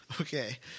Okay